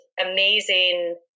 amazing